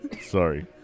Sorry